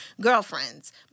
girlfriends